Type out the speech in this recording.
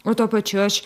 o tuo pačiu aš